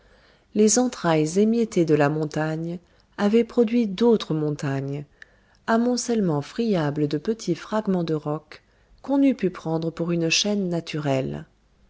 les entrailles émiettées de la montagne avaient produit d'autres montagnes amoncellement friable de petits fragments de roc qu'on eût pu prendre pour une chaîne naturelle